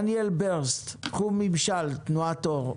דניאל ברססט, תחום ממשל בתנועת אור.